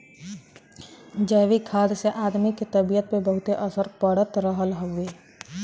जैविक खाद से आदमी के तबियत पे बहुते असर पड़ रहल हउवे